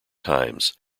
times